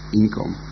income